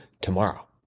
tomorrow